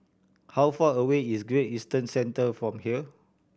how far away is Great Eastern Centre from here